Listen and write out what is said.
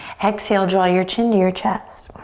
exhale, draw your chin to your chest.